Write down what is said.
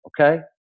okay